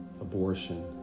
abortion